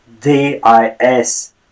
D-I-S